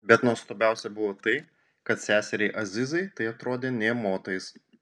bet nuostabiausia buvo tai kad seseriai azizai tai atrodė nė motais